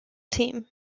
team